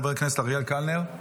חבר הכנסת אריאל קלנר,